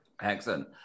Excellent